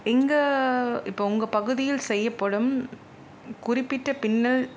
இங்கே இப்போ உங்கள் பகுதியில் செய்யப்படும் குறிப்பிட்ட பின்னல்